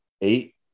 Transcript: eight